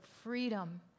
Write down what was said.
freedom